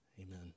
amen